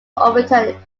overturn